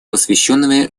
посвященного